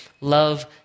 love